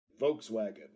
Volkswagen